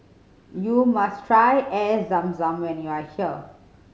you must try Air Zam Zam when you are here